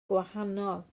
gwahanol